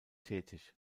tätig